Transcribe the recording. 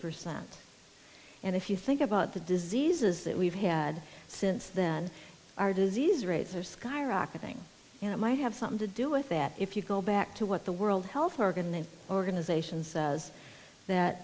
percent and if you think about the diseases that we've had since then our disease rates are skyrocketing and it might have something to do with that if you go back to what the world health organization organizations as that